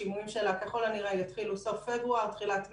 השימועים שלה ככל הנראה יתחילו בסוף פברואר-תחילת מארס,